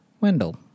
wendell